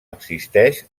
existeix